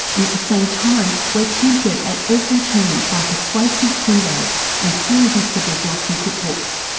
and at the same time we're are tempted at every turn by persuasive food ads and irresistible glossy cookbooks.